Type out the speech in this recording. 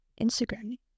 Instagram